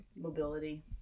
mobility